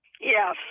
Yes